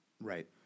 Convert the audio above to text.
Right